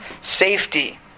Safety